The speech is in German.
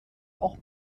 auch